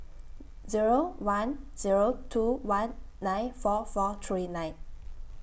Zero one Zero two one nine four four three nine